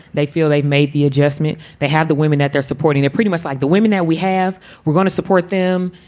they feel they've made the adjustment. they had the women that they're supporting it pretty much like the women that we have we're going to support them